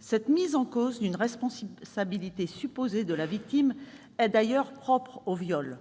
Cette mise en cause d'une responsabilité supposée de la victime est d'ailleurs propre au viol :